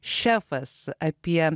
šefas apie